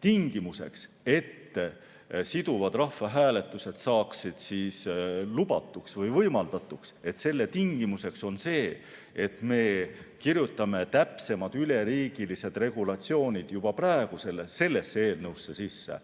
tingimuseks, et siduvad rahvahääletused saaksid lubatuks või võimaldatuks, on see, et me kirjutame täpsemad üleriigilised regulatsioonid juba praegu sellesse eelnõusse sisse,